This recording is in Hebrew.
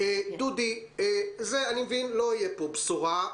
דודי שוקף, אני מבין שלא תהיה פה בשורה.